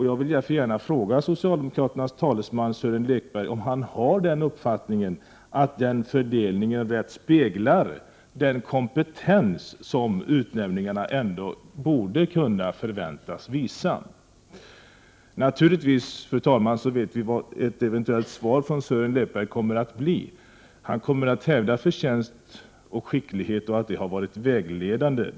Jag vill därför gärna fråga socialdemokraternas talesman, Sören Lekberg, om han har uppfattningen att den fördelningen rätt speglar den kompetens som utnämningarna ändå borde kunna förväntas visa. Naturligtvis vet vi vad ett eventuellt svar från Sören Lekberg kommer att bli. Han kommer att hävda att förtjänst och skicklighet har varit vägledande.